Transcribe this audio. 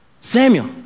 Samuel